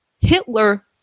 Hitler